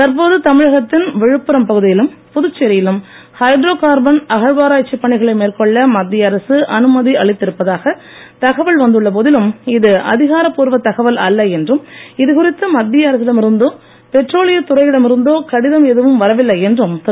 தற்போது தமிழகத்தின் விழுப்புரம் பகுதியிலும் புதுச்சேரியிலும் ஹைட்ரோ கார்பன் அகழ்வாராய்ச்சி பணிகளை மேற்கொள்ள மத்திய அரசு அனுமதி அளித்திருப்பதாக தகவல் வந்துள்ளபோதிலும் இது அதிகாரப்பூர்வ தகவல் அல்ல என்றும் இதுகுறித்து மத்திய அரசிடம் இருந்தோ பெட்ரோலியத் துறையிடம் இருந்தோ கடிதம் எதுவும் வரவில்லை என்றும் திரு